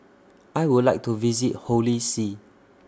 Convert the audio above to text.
I Would like to visit Holy See